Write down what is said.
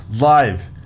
live